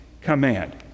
command